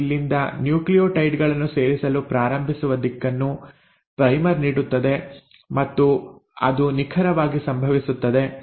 ಮತ್ತು ಇಲ್ಲಿಂದ ನ್ಯೂಕ್ಲಿಯೋಟೈಡ್ ಗಳನ್ನು ಸೇರಿಸಲು ಪ್ರಾರಂಭಿಸುವ ದಿಕ್ಕನ್ನು ಪ್ರೈಮರ್ ನೀಡುತ್ತದೆ ಮತ್ತು ಅದು ನಿಖರವಾಗಿ ಸಂಭವಿಸುತ್ತದೆ